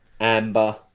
amber